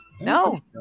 No